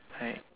like